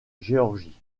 géorgie